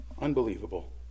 Unbelievable